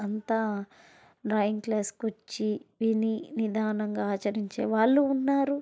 అంతా డ్రాయింగ్ క్లాసుకొచ్చి విని నిదానంగా ఆచరించే వాళ్ళూ ఉన్నారు